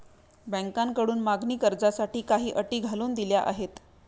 बँकांकडून मागणी कर्जासाठी काही अटी घालून दिल्या जातात